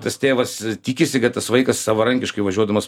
tas tėvas tikisi kad tas vaikas savarankiškai važiuodamas